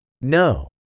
No